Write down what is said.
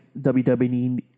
WWE